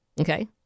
okay